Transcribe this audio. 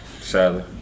Sadly